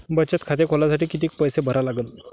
बचत खाते खोलासाठी किती पैसे भरा लागन?